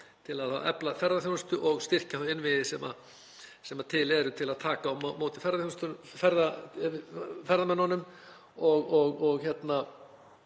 til að efla ferðaþjónustu og styrkja þá innviði sem til eru til að taka á móti ferðamönnum. Til